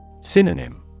Synonym